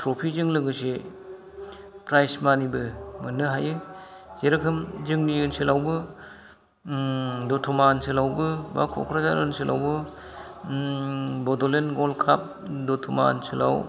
ट्र्फिजों लोगोसे प्राइज मानिबो मोननो हायो जेरोखोम जोंनि ओनसोलावबो दतमा ओनसोलावबो बा क'क्राझार ओनसोलावबो बडलेण्ड ग'ल्ड काप दतमा ओनसोलाव